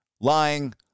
lying